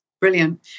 Brilliant